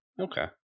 okay